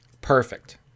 Perfect